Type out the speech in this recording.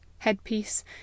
headpiece